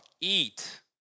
eat